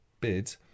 bid